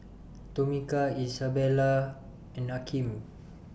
Tomika Isabella and Akeem